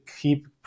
keep